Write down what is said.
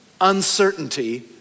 uncertainty